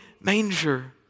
manger